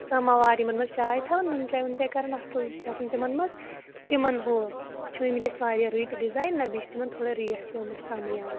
سَماوار یِمَن منٛز چاے تھاوَن نُن چاے وُن چاے کَران اَصٕل گژھن تِمَن منٛز تِمَن ہُہ چھِ آمٕتۍ اَسہِ واریاہ رٕتۍ ڈِزایِن نہ بیٚیہِ چھِ تِمَن تھوڑا ریٹ تہِ آمٕژ کَمٕے آز